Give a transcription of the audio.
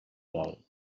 vol